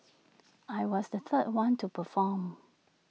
I was the third one to perform